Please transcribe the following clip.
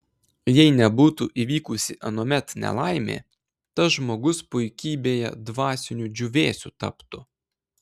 jei nebūtų įvykusi anuomet nelaimė tas žmogus puikybėje dvasiniu džiūvėsiu taptų